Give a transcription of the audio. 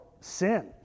sin